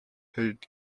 had